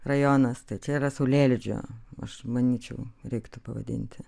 rajonas tai čia yra saulėlydžio aš manyčiau reiktų pavadinti